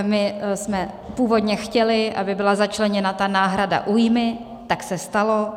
My jsme původně chtěli, aby byla začleněna ta náhrada újmy, tak se stalo.